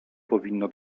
powinno